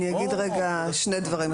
אני אגיד רגע שני דברים,